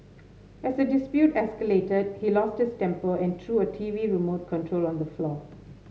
as the dispute escalated he lost his temper and threw a T V remote control on the floor